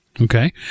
Okay